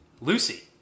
Lucy